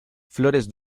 flores